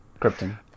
Krypton